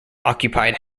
occupied